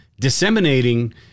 disseminating